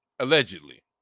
Allegedly